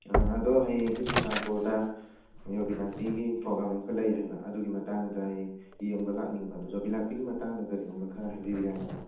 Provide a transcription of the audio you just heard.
ꯑꯥ ꯑꯗꯣ ꯍꯌꯦꯡꯁꯤ ꯆꯨꯔꯥꯆꯥꯟꯄꯨꯔꯗ ꯌꯨꯕꯤ ꯂꯥꯛꯄꯤꯒꯤ ꯄ꯭ꯔꯣꯒꯥꯝ ꯑꯃꯈꯛ ꯂꯩ ꯍꯥꯏꯕ ꯑꯗꯨꯒꯤ ꯃꯇꯥꯡꯗ ꯑꯩ ꯌꯦꯡꯕ ꯂꯥꯛꯅꯤꯡꯕ ꯑꯗꯨ ꯌꯨꯕꯤ ꯂꯥꯛꯄꯤꯒꯤ ꯃꯇꯥꯡꯗ ꯀꯔꯤꯒꯨꯝꯕ ꯈꯔ ꯍꯥꯏꯕꯤꯕ ꯌꯥꯒꯗ꯭ꯔ